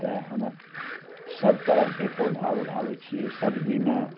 तेँ हमे सब तरहके पौधा उगाबै छिए सबजीमे